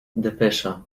depesza